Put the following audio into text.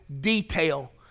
detail